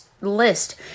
list